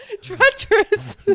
treacherous